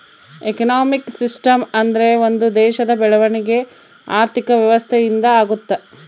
economic system ಅಂದ್ರೆ ಒಂದ್ ದೇಶದ ಬೆಳವಣಿಗೆ ಆರ್ಥಿಕ ವ್ಯವಸ್ಥೆ ಇಂದ ಆಗುತ್ತ